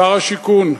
שר השיכון,